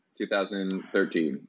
2013